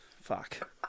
Fuck